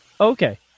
Okay